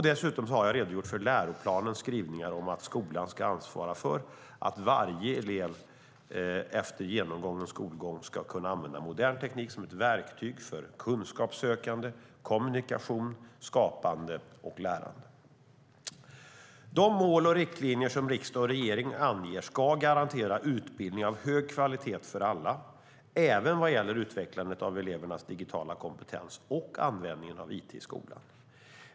Dessutom har jag redogjort för läroplanens skrivningar om att skolan ska ansvara för att varje elev efter genomgången skolgång ska kunna använda modern teknik som ett verktyg för kunskapssökande, kommunikation, skapande och lärande. De mål och riktlinjer som riksdag och regering anger ska garantera utbildning av hög kvalitet för alla, även vad gäller utvecklandet av elevernas digitala kompetens och användningen av it i skolan.